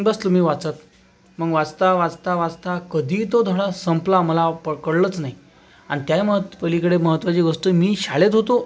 बसलो मी वाचत मग वाचता वाचता वाचता कधी तो धडा संपला मला प कळलंच नाही आणि त्याही म पलीकडे महत्वाची गोष्ट मी शाळेत होतो